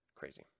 crazy